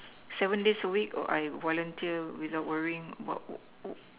seven days a week I volunteer without worrying about